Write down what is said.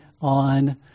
on